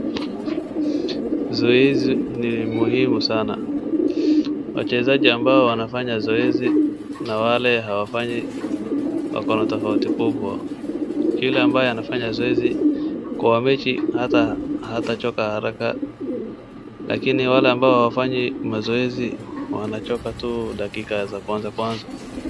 Zoezi ni muhimu sana. Wachezaji ambao wanafanya zoezi na wale hawafanyi wakona tofauti kubwa. Kila ambaye anafanya zoezi Kwa mechi ata atachoka haraka lakini wale ambao hawafanyi mazoezi wanachoka tu dakika za kwanza kwanza.